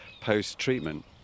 post-treatment